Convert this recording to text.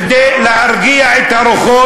אני פונה אליך כדי להרגיע את הרוחות,